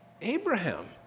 Abraham